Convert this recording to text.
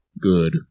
good